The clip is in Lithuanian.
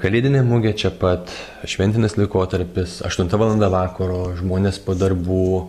kalėdinė mugė čia pat šventinis laikotarpis aštunta valanda vakaro žmonės po darbų